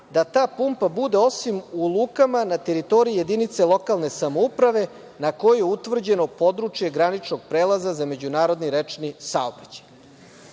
da ta pumpa bude osim u lukama na teritoriji jedinice lokalne samouprave na kojoj je utvrđeno područje graničnog prelaza za međunarodni rečni saobraćaj. To